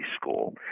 school